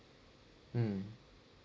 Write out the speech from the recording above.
mm